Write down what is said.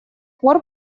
пор